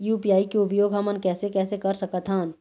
UPI के उपयोग हमन कैसे कैसे कर सकत हन?